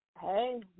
Hey